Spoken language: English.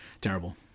terrible